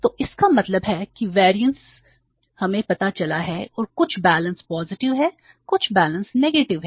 तो इसका मतलब है कि वेरियंस हैं